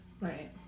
Right